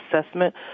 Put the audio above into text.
assessment